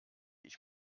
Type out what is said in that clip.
ich